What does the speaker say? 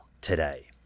today